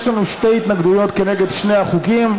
יש לנו שתי התנגדויות, כנגד שני החוקים.